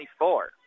24